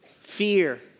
fear